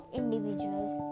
individuals